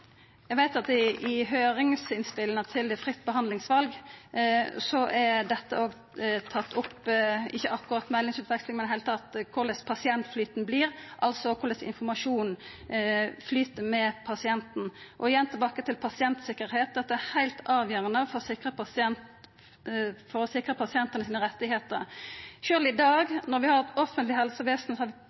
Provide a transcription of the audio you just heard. Eg veit at i høyringsinnspela til fritt behandlingsval er dette òg tatt opp – eller ikkje akkurat meldingsutveksling, men i det heile korleis pasientflyten vert, altså korleis informasjonen flyt med pasienten. Igjen tilbake til pasientsikkerheit. Dette er heilt avgjerande for å sikra pasientane sine rettar. Sjølv i dag, når vi har eit offentleg